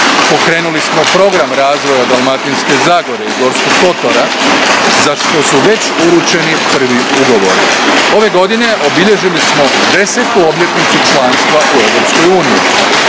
Pokrenuli smo Programe razvoja Dalmatinske zagore i Gorskog kotara, za što su već uručeni prvi ugovori. Ove godine obilježili smo desetu obljetnicu članstva u Europskoj uniji.